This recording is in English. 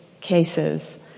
cases